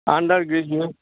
under graduate